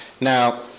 Now